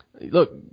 look